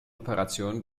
operationen